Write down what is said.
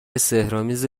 سحرآمیز